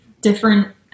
different